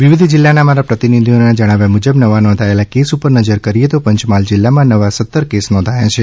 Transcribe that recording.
વિવિધ જિલ્લાના અમારા પ્રતિનિધિઓના જણાવ્યા મુજબ નવા નોંધાયેલા કેસ ઉપર નજર કરીએ તો પંચમહાલ જીલામાં નવા સતર કેસો નોંધાયા છે